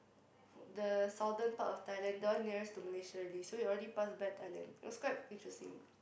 the Southern part of Thailand the one nearest to Malaysia already so he already pass by Thailand it was quite interesting